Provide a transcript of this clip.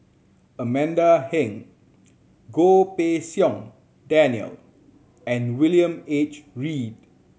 Amanda Heng Goh Pei Siong Daniel and William H Read